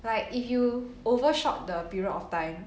like if you overshot the period of time